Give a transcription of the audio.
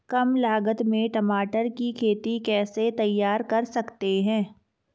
कम लागत में टमाटर की खेती कैसे तैयार कर सकते हैं?